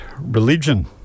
religion